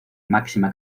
máxima